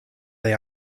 they